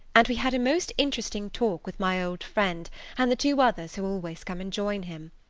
and we had a most interesting talk with my old friend and the two others who always come and join him.